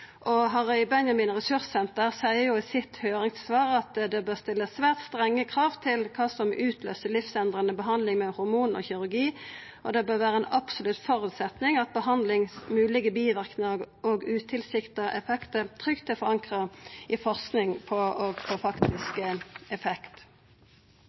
Benjamin ressurssenter seier i høyringssvaret sitt at det bør stillast svært strenge krav til kva som utløyser livsendrande behandling med hormon og kirurgi, og at det bør vera ein absolutt føresetnad at behandlinga, moglege biverknader og utilsikta effektar er trygt forankra i forsking på